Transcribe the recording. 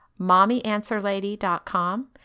mommyanswerlady.com